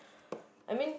I mean